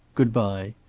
good-bye.